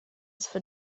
for